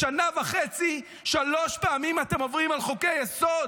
בשנה וחצי שלוש פעמים אתם עוברים על חוקי-יסוד,